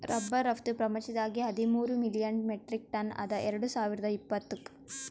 rubber ರಫ್ತು ಪ್ರಪಂಚದಾಗೆ ಹದಿಮೂರ್ ಮಿಲಿಯನ್ ಮೆಟ್ರಿಕ್ ಟನ್ ಅದ ಎರಡು ಸಾವಿರ್ದ ಇಪ್ಪತ್ತುಕ್